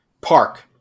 Park